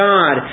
God